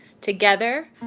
Together